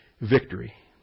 victory